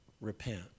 Repent